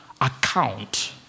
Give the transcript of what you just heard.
account